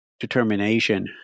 determination